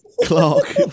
Clark